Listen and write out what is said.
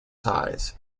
size